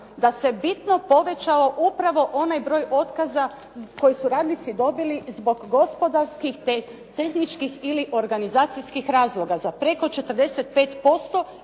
da se bitno povećao upravo onaj broj otkaza koje su radnici dobili zbog gospodarskih, tehničkih ili organizacijskih razloga za preko 45%